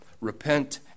Repent